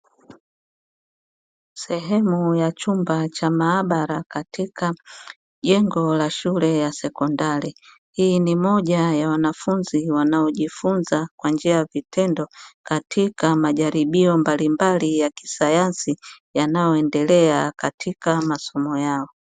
Sehemu ya chumba cha maabara katika jengo la shule ya sekondari, hii ni moja ya wanafunzi wanaojifunza kwa njia ya vitendo katika majaribio mbalimbali ya kisayansi yanayoendelea katika masomo yao.